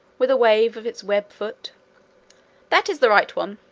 with a wave of its web foot that is the right one.